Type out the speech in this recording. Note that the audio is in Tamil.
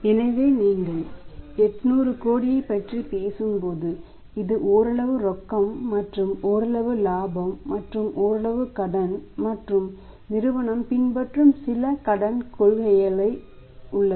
எனவே நீங்கள் 800 கோடியைப் பற்றி பேசும்போது இது ஓரளவு ரொக்கம் மற்றும் ஓரளவு இலாபம் மற்றும் ஓரளவு கடன் மற்றும் நிறுவனம் பின்பற்றும் சில கடன் கொள்கை உள்ளது